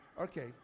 Okay